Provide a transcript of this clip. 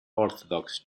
orthodox